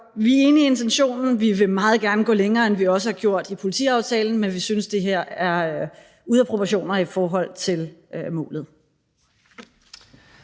vi er enige i intentionen, og vi vil meget gerne gå længere, end vi er gået i politiaftalen, men vi synes, det her er ude af proportioner i forhold til målet.